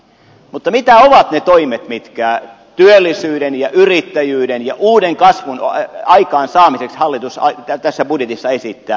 mutta mitä ovat ne toimet mitkä työllisyyden ja yrittäjyyden ja uuden kasvun aikaansaamiseksi hallitus tässä budjetissa esittää